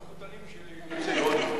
המחותנים שלי הם יוצאי הודו,